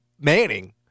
Manning